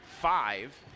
five